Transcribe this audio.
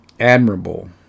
admirable